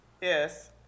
Yes